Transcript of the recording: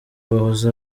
bahoze